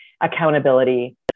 accountability